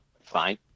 fine